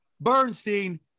Bernstein